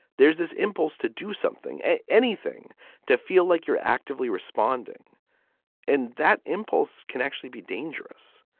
there's this impulse to do something, anything to feel like you're actively responding and that impulse can actually be dangerous.